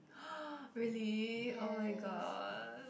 !huh! really [oh]-my-god